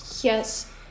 yes